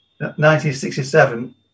1967